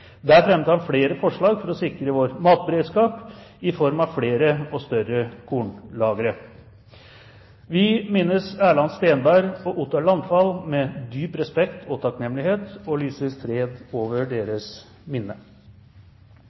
Der fremmet han flere forslag for å sikre vår matberedskap i form av flere og større kornlagre. Vi minnes Erland Steenberg og Ottar Landfald med dyp respekt og takknemlighet og lyser fred over deres minne.